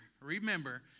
remember